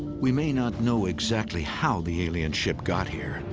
we may not know exactly how the alien ship got here,